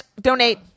donate